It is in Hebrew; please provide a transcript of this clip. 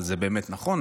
אבל זה באמת נכון,